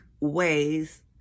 ways